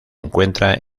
encuentra